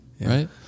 Right